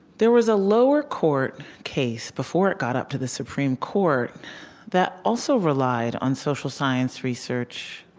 there was a lower court case before it got up to the supreme court that also relied on social science research,